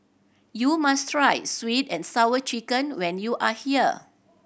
you must try Sweet And Sour Chicken when you are here